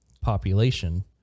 population